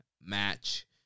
match